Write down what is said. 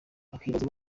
hakibazwa